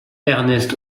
ernest